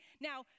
Now